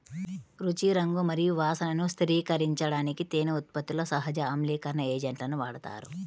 రుచి, రంగు మరియు వాసనను స్థిరీకరించడానికి తేనె ఉత్పత్తిలో సహజ ఆమ్లీకరణ ఏజెంట్లను వాడతారు